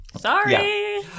sorry